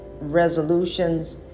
resolutions